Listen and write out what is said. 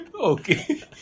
Okay